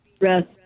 rest